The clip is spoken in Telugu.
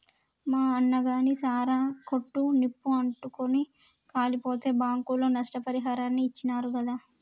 మా అన్నగాని సారా కొట్టు నిప్పు అంటుకుని కాలిపోతే బాంకోళ్లు నష్టపరిహారాన్ని ఇచ్చినారు గాదా